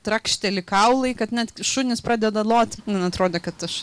trakšteli kaulai kad net šunys pradeda lot man atrodė kad aš